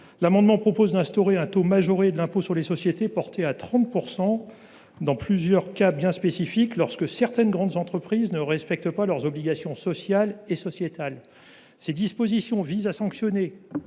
L’amendement tend à instaurer un taux majoré d’impôt sur les sociétés, porté à 30 % dans plusieurs cas spécifiques, lorsque certaines grandes entreprises ne respectent pas leurs obligations sociales et sociétales. Ces dispositions visent à sanctionner,